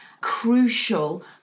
crucial